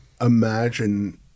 imagine